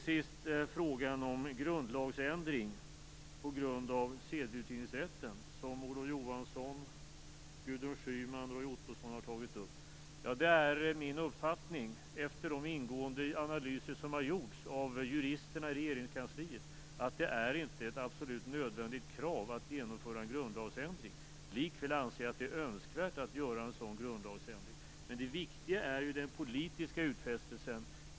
Schyman och Roy Ottosson tog upp frågan. Det är min uppfattning, efter de ingående analyser som har gjorts av juristerna i Regeringskansliet, att det inte är ett absolut nödvändigt krav att genomföra en grundlagsändring. Likväl anser jag att det är önskvärt att göra en sådan grundlagsändring. Men det viktiga är den politiska utfästelsen.